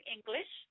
English